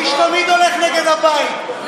קיש תמיד הולך נגד הבית.